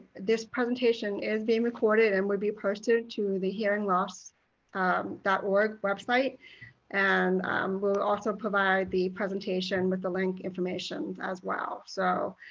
this presentation is being recorded and will be posted to the hearingloss dot org website and we'll also provide the presentation with the link information as well. so